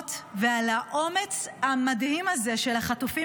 העוצמות ואת האומץ המדהים הזה של החטופים